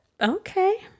Okay